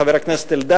חבר הכנסת אלדד,